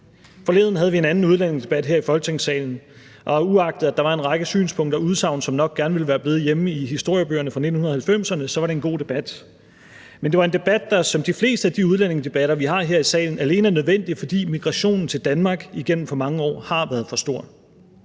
Forleden havde vi en anden udlændingedebat her i Folketingssalen, og uagtet at der var en række synspunkter og udsagn, som nok gerne ville være blevet hjemme i historiebøgerne fra 1990'erne, var det en god debat. Men det var en debat, der, som de fleste af de udlændingedebatter, vi har her i her i salen, alene er nødvendig, fordi migrationen til Danmark igennem for mange år har været for stor;